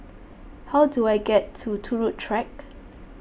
how do I get to Turut Track